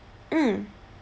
mm